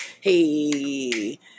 Hey